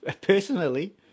personally